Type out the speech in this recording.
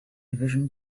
division